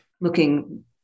looking